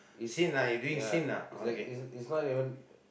is ya it's like it's it's not even